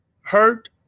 hurt